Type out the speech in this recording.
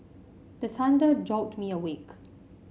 the thunder jolt me awake